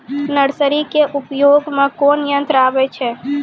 Nursery के उपयोग मे कोन यंत्र आबै छै?